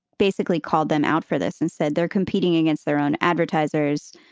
basically called them out for this and said they're competing against their own advertisers.